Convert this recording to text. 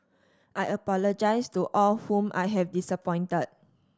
I apologise to all whom I have disappointed